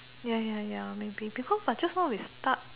ya ya ya maybe because but just now we start